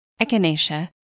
Echinacea